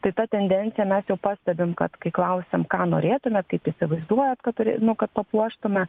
tai tą tendenciją mes jau pastebim kad kai klausiam ką norėtumėt kaip įsivaizduojat kad turė nu kad papuoštume